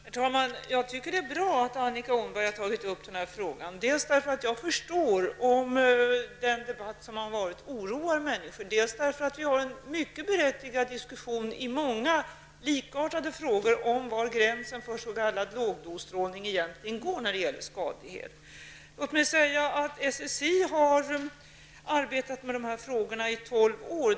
Herr talman! Jag tycker att det är bra att Annika Åhnberg har tagit upp den här frågan, dels därför att jag förstår att den debatt som har varit oroar människor, dels därför att vi för en mycket berättigad diskussion i många likartade frågor om var gränsen för s.k. lågdosstrålning egentligen går när det gäller skadlighet. SSI har arbetat med de här frågorna i tolv år.